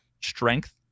strength